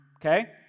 okay